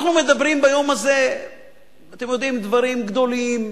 אנחנו מדברים ביום הזה דברים גדולים,